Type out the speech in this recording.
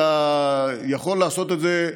אתה יכול לעשות את זה,